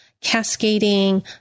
cascading